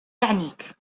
يعنيك